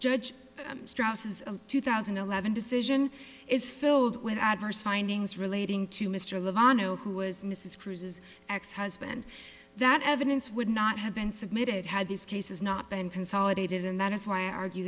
judge strauss's of two thousand and eleven decision is filled with adverse findings relating to mr lamont hill who was mrs cruise's ex husband that evidence would not have been submitted had these cases not been consolidated and that is why i argue